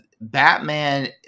Batman